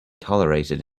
tolerated